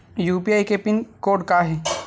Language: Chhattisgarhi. यू.पी.आई के पिन कोड का हे?